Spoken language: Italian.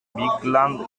bigland